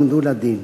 ואף הועמדו לדין.